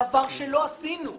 דבר שלא עשינו.